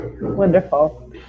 Wonderful